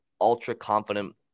ultra-confident